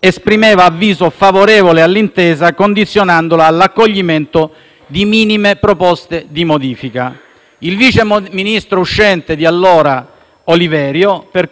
esprimeva avviso favorevole all'intesa, condizionandola all'accoglimento di minime proposte di modifica. Il vice ministro uscente di allora, Olivero, per